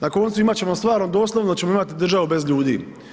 Na koncu imat ćemo, stvarno doslovno ćemo imat državu bez ljudi.